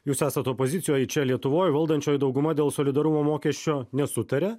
jūs esate opozicijoj čia lietuvoj valdančioji dauguma dėl solidarumo mokesčio nesutaria